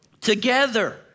together